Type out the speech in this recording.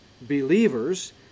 believers